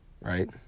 right